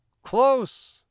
close